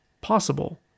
possible